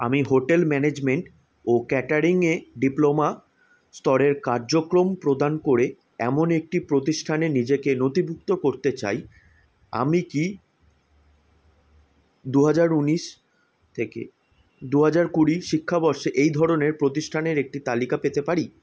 আমি hotel management ও catering এ ডিপ্লোমা স্তরের কার্যক্রম প্রদান করে এমন একটি প্রতিষ্ঠানে নিজেকে নথিভুক্ত করতে চাই আমি কি দু হাজার উনিশ থেকে দু হাজার কুড়ির শিক্ষাবর্ষে এই ধরনের প্রতিষ্ঠানের একটি তালিকা পেতে পারি